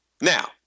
Now